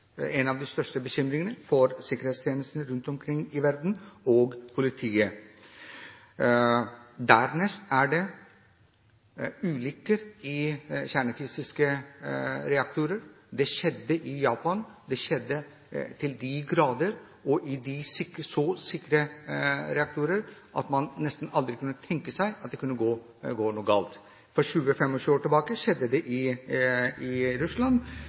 en av de største bekymringene for sikkerhetstjenestene og politiet rundt omkring i verden. Dernest er det ulykker i kjernefysiske reaktorer. Det skjedde i Japan, det skjedde til de grader og i så sikre reaktorer at man nesten aldri kunne tenke seg at noe kunne gå galt. For 20–25 år siden skjedde det i daværende Sovjet, og selv i